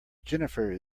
jennifer